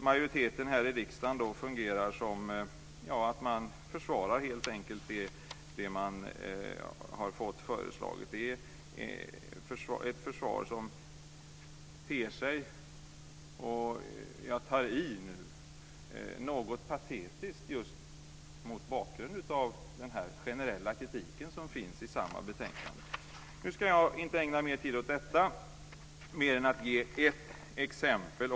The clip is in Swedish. Majoriteten här i riksdagen försvarar helt enkelt det förslag man har fått. Det är ett försvar som ter sig något patetiskt, och nu tar jag i, just mot bakgrund av den generella kritik som finns i samma betänkande. Nu ska jag inte ägna så mycket mer tid åt detta.